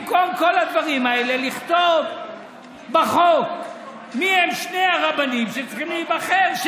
במקום כל הדברים האלה לכתוב בחוק מיהם שני הרבנים שצריכים להיבחר,